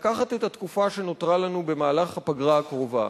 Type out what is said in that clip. לקחת את התקופה שנותרה לנו במהלך הפגרה הקרובה